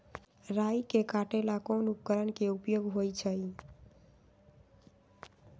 राई के काटे ला कोंन उपकरण के उपयोग होइ छई?